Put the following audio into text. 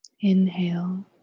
Inhale